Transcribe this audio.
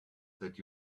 that